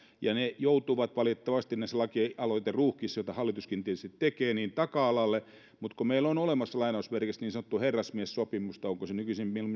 ja ne joutuvat valitettavasti näissä lakialoiteruuhkissa kun hallituskin tietysti tekee esityksiä taka alalle mutta meillä on olemassa niin sanottu herrasmiessopimus tai onko se nykyisin